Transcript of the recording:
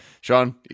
Sean